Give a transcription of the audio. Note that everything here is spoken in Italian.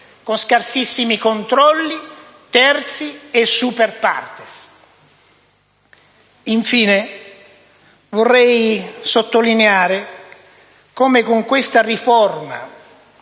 con scarsissimi controlli terzi e *super partes*. Infine, vorrei sottolineare come con questa riforma